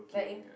like in